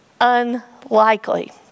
unlikely